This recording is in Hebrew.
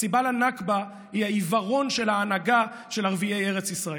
הסיבה לנכבה היא העיוורון של ההנהגה של ערביי ארץ ישראל.